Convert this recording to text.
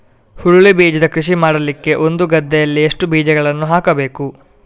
ಹುರುಳಿ ಬೀಜದ ಕೃಷಿ ಮಾಡಲಿಕ್ಕೆ ಒಂದು ಗದ್ದೆಯಲ್ಲಿ ಎಷ್ಟು ಬೀಜಗಳನ್ನು ಹಾಕಬೇಕು?